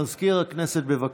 מזכיר הכנסת, בבקשה.